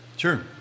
Sure